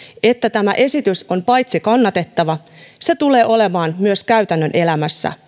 että tämä esitys on kannatettava se tulee olemaan käytännön elämässä